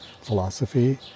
philosophy